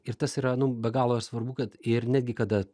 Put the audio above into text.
ir tas yra nu be galo svarbu kad ir netgi kada